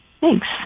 Thanks